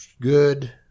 good